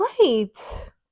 right